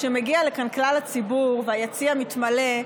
כשמגיע לכאן כלל הציבור והיציע מתמלא,